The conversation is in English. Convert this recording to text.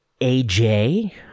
aj